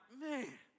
man